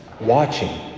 watching